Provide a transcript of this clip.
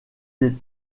des